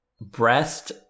Breast